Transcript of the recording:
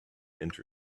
inch